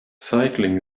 cycling